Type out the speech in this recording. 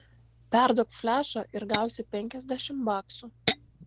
perduok flešą ir gausi penkiasdešimt baksų